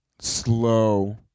slow